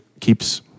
keeps